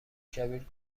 کبیر